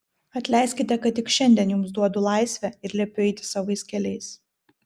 atleiskite kad tik šiandien jums duodu laisvę ir liepiu eiti savais keliais